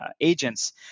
agents